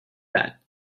that